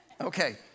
Okay